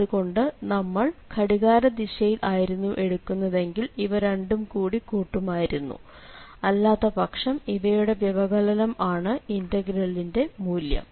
അതുകൊണ്ട് നമ്മൾ ഘടികാരദിശയിൽ ആയിരുന്നു എടുക്കുന്നതെങ്കിൽ ഇവ രണ്ടും കൂടി കൂട്ടുമായിരുന്നു അല്ലാത്തപക്ഷം ഇവയുടെ വ്യകലനം ആണ് ഇന്റഗ്രലിന്റെ മൂല്യം